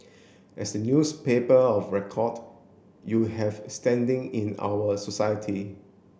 as the newspaper of record you have standing in our society